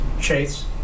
chase